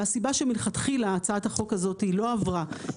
והסיבה שמלכתחילה הצעת החוק הזאת לא עברה